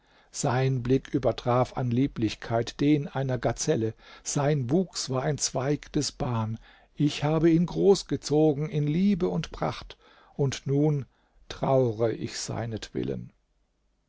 sein blick übertraf an lieblichkeit den einer gazelle sein wuchs war ein zweig des ban ich habe ihn großgezogen in liebe und pracht und nun traure ich